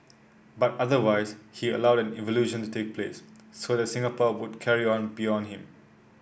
but otherwise he allowed an evolution to take place so that Singapore would carry on beyond him